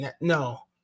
No